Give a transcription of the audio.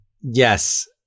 Yes